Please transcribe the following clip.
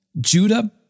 Judah